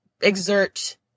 exert